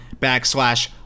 backslash